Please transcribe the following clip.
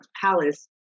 palace